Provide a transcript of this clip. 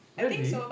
really